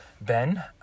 Ben